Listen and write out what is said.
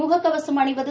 முக கவசம் அணிவது